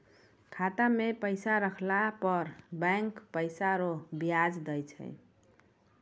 खाता मे पैसा रहला पर बैंक पैसा रो ब्याज दैय छै